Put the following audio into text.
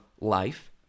life